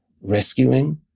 rescuing